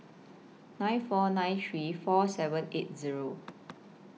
nine four nine three four seven eight Zero